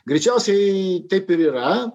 greičiausiai taip ir yra